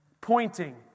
pointing